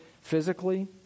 physically